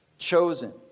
chosen